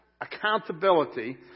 accountability